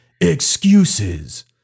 excuses